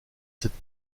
cette